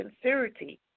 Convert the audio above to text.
sincerity